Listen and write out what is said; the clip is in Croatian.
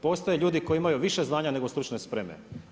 Postoje ljudi koji imaju više znanja nego stručne spreme.